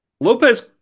Lopez